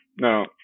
no